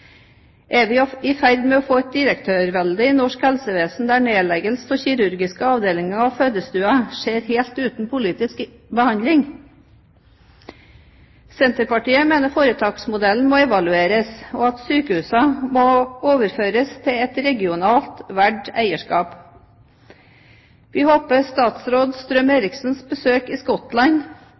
Er vi i ferd med å få et direktørvelde i norsk helsevesen der nedleggelse av kirurgiske avdelinger og fødestuer skjer helt uten politisk behandling? Senterpartiet mener foretaksmodellen må evalueres, og at sykehusene må overføres til et regionalt valgt eierskap. Vi håper statsråd Strøm-Erichsens besøk i Skottland,